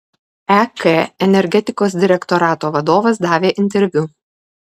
ek energetikos direktorato vadovas davė interviu